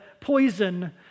poison